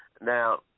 Now